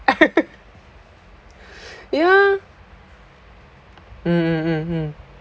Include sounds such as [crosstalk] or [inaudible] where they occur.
[laughs] ya mm mm mm mm